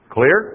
Clear